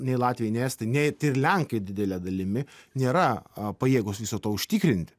nei latviai nei estai nei lenkai didele dalimi nėra pajėgūs viso to užtikrinti